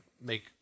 make